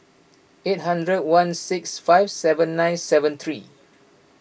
eight hundred one six five seven nine seven three